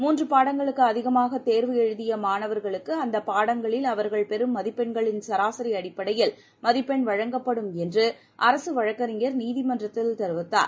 மூன்று பாடங்களுக்கு அதிகமாக தேர்வு எழுதிய மாணவர்களுக்கு அந்த பாடங்களில் அவர்கள் பெரும் மதிப்பெண்களின் சராசி அடிப்படையில் மதிப்பெண் வழங்கப்படும் என்று அரசு வழக்கறிஞர் நீதிமன்றத்தில் தெரிவித்தார்